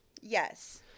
Yes